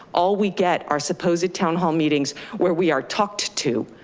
all we get are supposed town hall meetings where we are talked to,